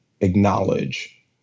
acknowledge